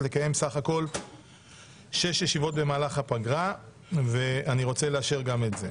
לקיים בסך הכול שש ישיבות במהלך הפגרה ואני מבקש לאשר גם את זה.